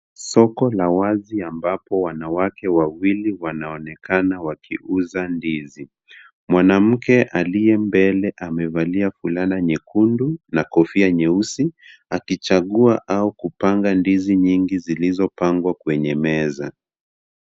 Soko la wazi ambapo wanawake wawili wanaonekana wakiuza ndizi. Mwanamke aliye mbele amevalia fulana nyekundu na kofia nyeusi, akichagua au kupanga ndizi nyingi zilizopangwa kwenye meza.